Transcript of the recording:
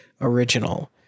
original